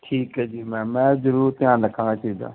ਠੀਕ ਹੈ ਜੀ ਮੈਮ ਮੈਂ ਜ਼ਰੂਰ ਧਿਆਨ ਰੱਖਾਂਗਾ ਇਸ ਚੀਜ਼ ਦਾ